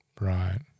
Right